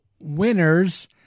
winners